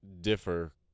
differ